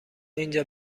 اینجا